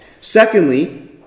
Secondly